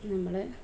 നമ്മളുടെ